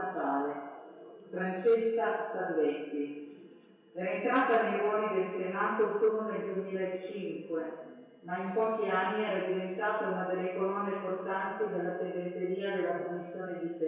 Francesca Salvetti. Era entrata nei ruoli del Senato solo nel 2005, ma in pochi anni era diventata una delle colonne portanti della segreteria della Commissione difesa.